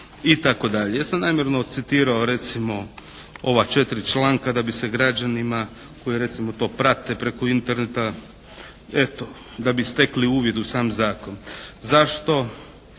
itd. Ja sam namjerno citirao recimo ova četiri članka da bi se građanima koji recimo to prate preko Interneta eto da bi stekli uvid u sam zakon. Zašto?